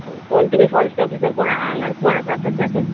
कोण तुमी forest officer कोण आहा हांगा कोण आसात सद्याक